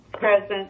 Present